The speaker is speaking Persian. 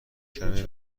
کمی